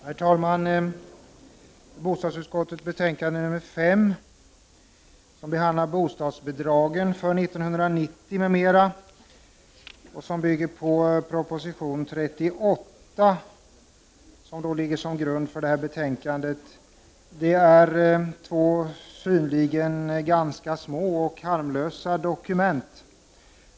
Herr talman! Bostadsutskottets betänkande 5 behandlar frågan om bostadsbidragen för år 1990 m.m. och har som grund proposition 38. Det är två synligen små och harmlösa dokument.